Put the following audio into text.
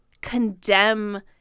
condemn